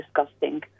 disgusting